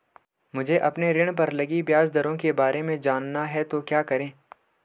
मुझे अपने ऋण पर लगी ब्याज दरों के बारे में जानना है तो क्या करें?